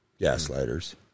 gaslighters